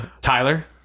Tyler